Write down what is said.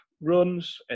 runs